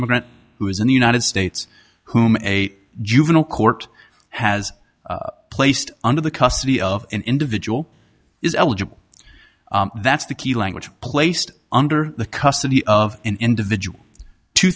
immigrant who is in the united states whom a juvenile court has placed under the custody of an individual is eligible that's the key language is placed under the custody of an individual t